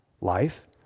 life